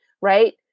right